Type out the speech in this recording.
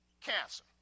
Cancer